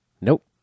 Nope